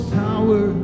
power